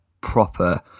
proper